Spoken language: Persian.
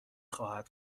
خواهد